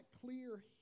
clear